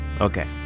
Okay